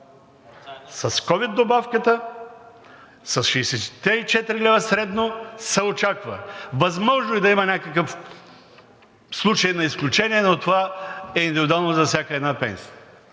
с ковид добавката, с 64-те лв. средно се очаква. Възможно е да има някакъв случай на изключение, но това е индивидуално за всяка една пенсия.